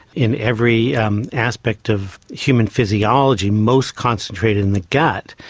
in every um aspect of human physiology, most concentrated in the gut,